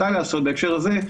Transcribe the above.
מתי לעשות בהקשר הזה,